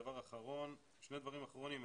ושני דברים אחרונים.